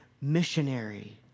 missionary